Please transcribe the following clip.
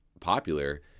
popular